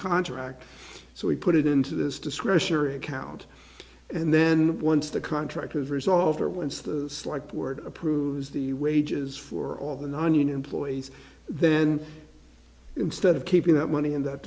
contract so we put it into this discretionary account and then once the contract is resolved or once the slike board approves the wages for all the nonunion employees then instead of keeping that money in that